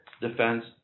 defense